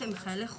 הם חיילי חובה.